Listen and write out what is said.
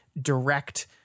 direct